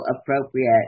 appropriate